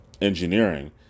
Engineering